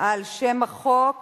על שם החוק